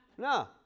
No